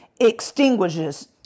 extinguishes